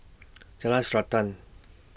Jalan Srantan